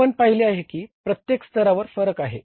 आपण पाहिले आहे की प्रत्येक स्तरावर फरक आहे